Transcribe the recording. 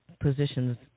positions